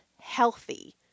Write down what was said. healthy